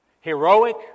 heroic